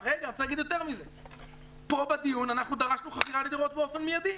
פה בדיון אנחנו דרשנו חכירה לדורות באופן מיידי.